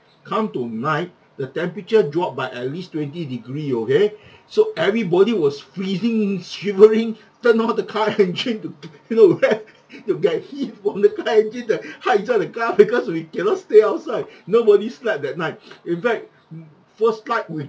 come to night the temperature drop by at least twenty degree okay so everybody was freezing shivering turn on the car engine to you know why to get heat from the car engine and hide inside the car because we cannot stay outside nobody slept that night in fact first night we